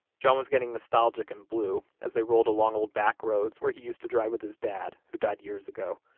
john was getting nostalgic and blue as they rolled along old backroads where he used to drive with his dad, who died years ago.